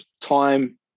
time